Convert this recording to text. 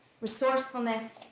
resourcefulness